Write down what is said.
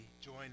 join